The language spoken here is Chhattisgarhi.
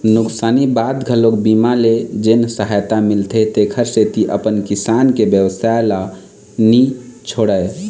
नुकसानी बाद घलोक बीमा ले जेन सहायता मिलथे तेखर सेती अपन किसानी के बेवसाय ल नी छोड़य